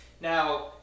Now